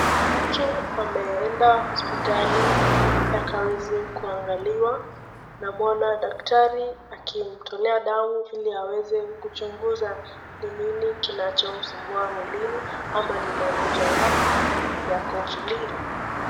Mtu ameenda hosiptali ili akaweze kuangaliwa, namwona daktari akimtolea damu ili aweze kuchunguza ni nini kinachomsumbua mwilini ama ni magonjwa yapi yako mwilini.